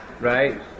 right